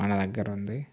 మనదగ్గరుంది